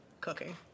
cooking